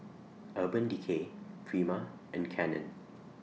Urban Decay Prima and Canon